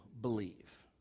believe